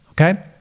okay